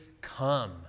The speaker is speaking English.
come